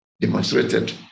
demonstrated